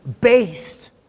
based